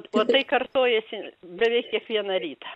o tai kartojasi beveik kiekvieną rytą